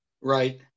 right